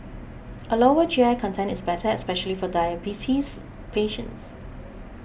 a lower G I content is better especially for diabetes patients